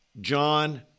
John